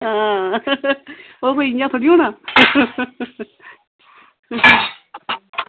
आं ओह् कोई इंया थोह्ड़े होना